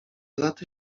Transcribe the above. laty